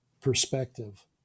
perspective